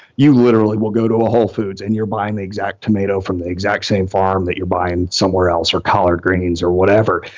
you literally will go to a whole foods and you're buying the exact tomato from the exact same farm that you're buying somewhere else or collard greens of whatever,